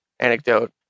Anecdote